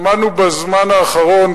בזמן האחרון,